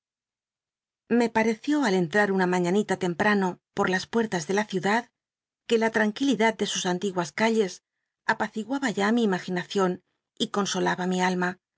le pareció al cn trar una mañan ita temprano por las puertas e le la ciudad que la lt'll nquil idad de sus antiguas calles apaciguaba ya mi imaginacien y consolaba mi alma